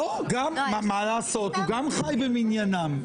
מה לעשות, הוא גם חי במניינם.